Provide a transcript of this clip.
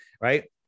right